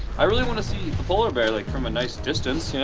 i really want to see a polar bear like from a nice distance, yeah